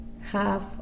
half